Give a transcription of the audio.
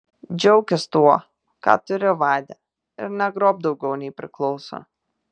džiaukis tuo ką turi vade ir negrobk daugiau nei priklauso